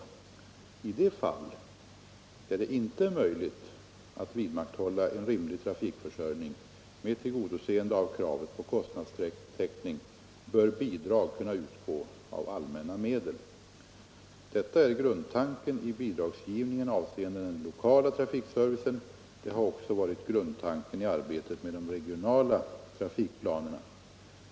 I de fall där det inte är möjligt att vidmakthålla en rimlig trafikförsörjning med tillgodoseende av kravet på kostnadstäckning bör bidrag kunna utgå av allmänna medel. Detta är grundtanken i bidragsgivningen avseende den lokala trafikservicen. Det har också varit grundtanken i arbetet med de regionala trafikplanerna.